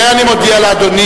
את זה אני מודיע לאדוני,